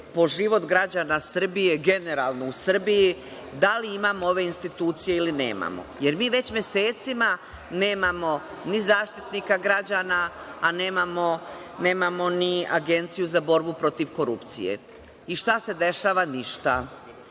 po život građana Srbije, generalno u Srbiji, da li imamo ove institucije ili nemamo. Jer mi već mesecima nemamo ni Zaštitnika građana, a nemamo ni Agenciju za borbu protiv korupcije. I šta se dešava? Ništa.